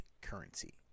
currency